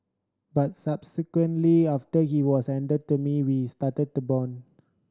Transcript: but subsequently after he was handed to me we started to bond